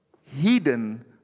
hidden